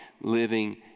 living